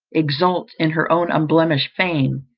exult in her own unblemished fame,